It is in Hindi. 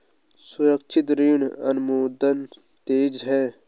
सुरक्षित ऋण अनुमोदन तेज है